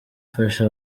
ifasha